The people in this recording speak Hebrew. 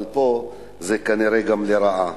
אבל פה זה כנראה גם לרעה.